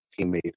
teammate